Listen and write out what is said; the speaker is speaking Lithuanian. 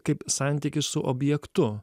kaip santykis su objektu